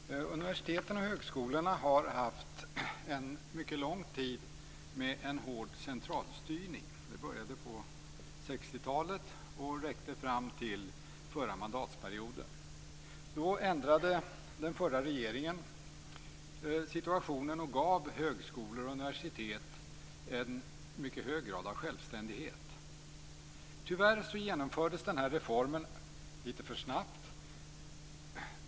Herr talman! Universiteten och högskolorna har haft en hård centralstyrning under en mycket lång tid. Det började på 60-talet och räckte fram till den förra mandatperioden. Då ändrade den förra regeringen situationen och gav högskolor och universitet en mycket hög grad av självständighet. Tyvärr genomfördes den här reformen litet för snabbt.